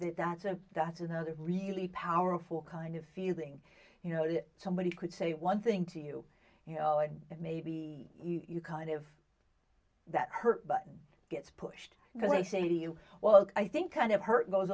that that's a that's another really powerful kind of feeling you know that somebody could say one thing to you you know and it may be you kind of that hurt button gets pushed because they say to you well i think kind of hurt goes